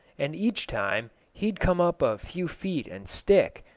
and each time he'd come up a few feet and stick,